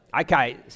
Okay